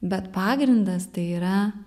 bet pagrindas tai yra